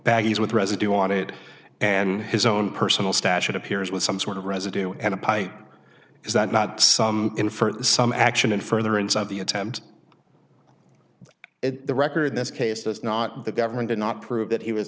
baggies with residue on it and his own personal stash it appears with some sort of residue and a pipe is that not infer some action in furtherance of the attempt at the record in this case that's not the government did not prove that he was